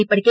ఇప్పటికే